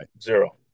zero